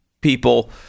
people